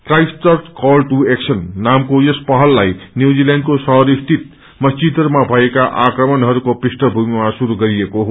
Christchurch call to action नामाके यस पहललाई न्यूजील्याण्डको शहरसिंत मस्जिदहरूमा भएका आक्रमणहरूको पृष्ठभूमिका शुरू गरिएको हो